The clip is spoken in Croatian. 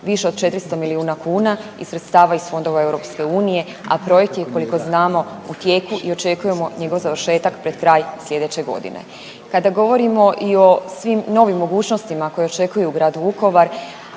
Više od 400 milijuna kuna iz sredstava iz fondova EU a projekt je koliko znamo u tijeku i očekujemo njegov završetak pred kraj sljedeće godine. Kada govorimo i o svim novim mogućnostima koje očekuju grad Vukovar,